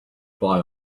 buy